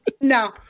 no